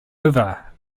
over